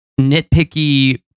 nitpicky